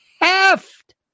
heft